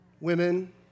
women